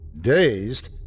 Dazed